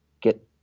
get